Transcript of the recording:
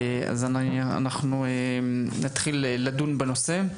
אז אנחנו נתחיל לדון בנושא.